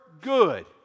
good